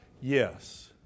Yes